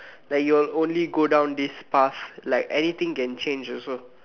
like you'll only go down this path like anything can change also